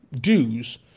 dues